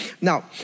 Now